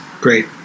Great